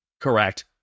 Correct